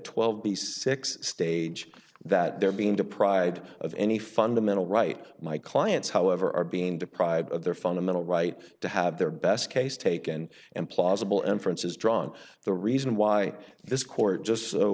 twelve the six stage that they're being deprived of any fundamental right my clients however are being deprived of their fundamental right to have their best case taken implausible inferences drawn the reason why this court just